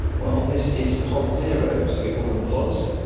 well, this is pod zero. so we call them pods,